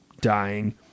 dying